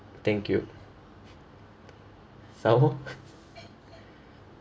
thank you so